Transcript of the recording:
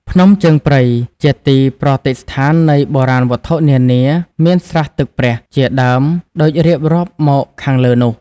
ភ្នំជើងព្រៃ ជាទីប្រតិស្ឋាននៃបុរាណវត្ថុនានា មានស្រះទឹកព្រះ ជាដើម ដូចរៀបរាប់មកខាងលើនោះ